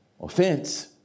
offense